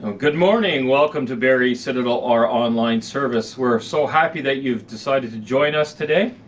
ah good morning, welcome to barrie citadel, our online service. we're so happy that you've decided to join us today,